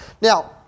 Now